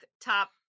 Top